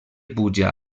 puja